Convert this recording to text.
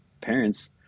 parents